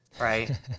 Right